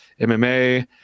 MMA